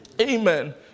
Amen